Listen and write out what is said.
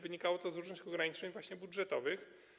Wynikało to z różnych ograniczeń właśnie budżetowych.